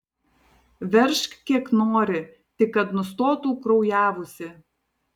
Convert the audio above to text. veržk kiek nori tik kad nustotų kraujavusi